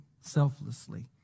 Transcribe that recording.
selflessly